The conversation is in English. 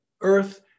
earth